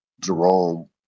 Jerome